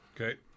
Okay